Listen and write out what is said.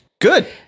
good